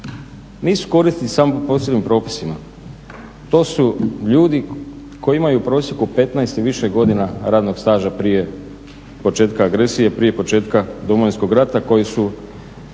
nisu korisnici samo po posebnim propisima, to su ljudi koji imaju u prosjeku 15 i više godina radnog staža prije početka agresije, prije početka Domovinskog rata koji su,